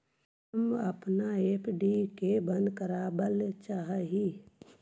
हम अपन एफ.डी के बंद करावल चाह ही